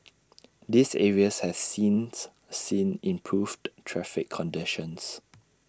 these areas has since seen improved traffic conditions